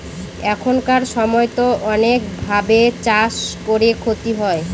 এখানকার সময়তো অনেক ভাবে চাষ করে ক্ষতি হয়